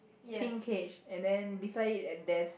pink cage and then beside it there's